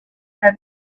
said